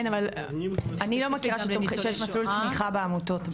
כן אבל אני לא מכירה שיש מסלול תמיכה בעמותות,